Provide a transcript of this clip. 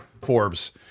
Forbes